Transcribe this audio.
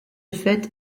fait